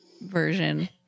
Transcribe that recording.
version